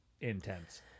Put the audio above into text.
intense